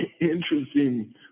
interesting